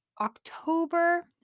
October